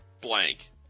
blank